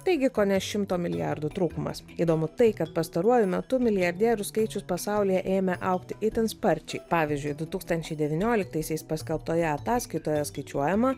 taigi kone šimto milijardų trūkumas įdomu tai kad pastaruoju metu milijardierių skaičius pasaulyje ėmė augti itin sparčiai pavyzdžiui du tūkstančiai devynioliktaisiais paskelbtoje ataskaitoje skaičiuojama